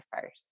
first